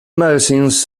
magazines